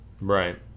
right